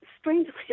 strangely